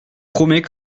promets